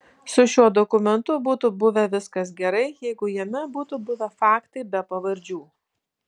su šiuo dokumentu būtų buvę viskas gerai jeigu jame būtų buvę faktai be pavardžių